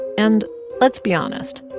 and let's be honest.